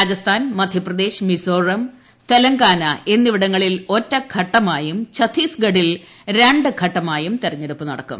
രാജസ്ഥാൻ മധ്യപ്രദേശ് മിസോറം തെലങ്കാന എന്നിവിടങ്ങളിൽ ഒറ്റഘട്ടമായും ഛത്തീസ്ഗഡിൽ രണ്ട് ഘട്ടമായും തെരഞ്ഞെടുപ്പ് നടക്കും